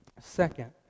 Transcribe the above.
Second